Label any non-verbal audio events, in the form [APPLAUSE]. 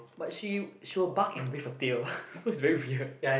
but she she will bark and wave her tail [LAUGHS] so it's very weird